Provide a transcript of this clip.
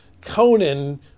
Conan